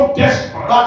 desperate